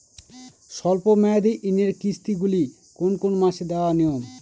স্বল্প মেয়াদি ঋণের কিস্তি গুলি কোন কোন মাসে দেওয়া নিয়ম?